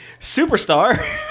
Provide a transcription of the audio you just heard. Superstar